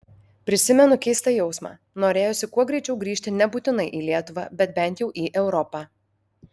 prisimenu keistą jausmą norėjosi kuo greičiau grįžti nebūtinai į lietuvą bet bent jau į europą